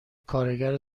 کارگر